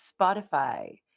Spotify